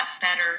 better